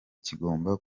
kigomba